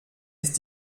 ist